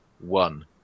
one